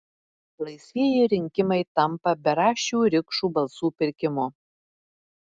laisvieji rinkimai tampa beraščių rikšų balsų pirkimu